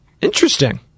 Interesting